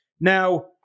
Now